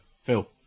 Phil